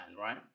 right